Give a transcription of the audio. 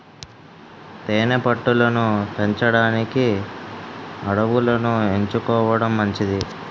తేనె పట్టు లను పెంచడానికి అడవులను ఎంచుకోవడం మంచిది